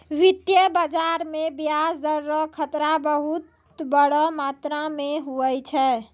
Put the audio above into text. वित्तीय बाजार मे ब्याज दर रो खतरा बहुत बड़ो मात्रा मे हुवै छै